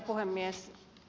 puhemies